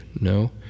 no